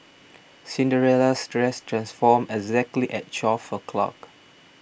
Cinderella's dress transformed exactly at twelve o' clock